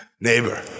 neighbor